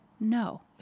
No